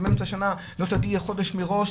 שאם מאמצע שנה לא תודיעי חודש מראש,